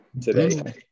today